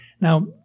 Now